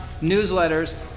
newsletters